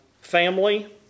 family